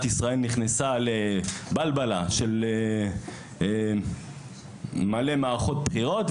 ישראל נכנסה לבלבלה של מלא מערכות בחירות,